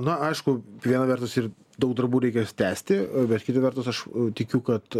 na aišku viena vertus ir daug darbų reikės tęsti bet kita vertus aš tikiu kad